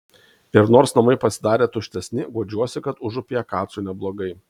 ir nors namai pasidarė tuštesni guodžiuosi kad užupyje kacui neblogai